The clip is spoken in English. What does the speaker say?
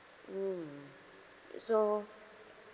mm so